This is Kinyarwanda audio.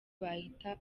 bahita